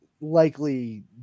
likely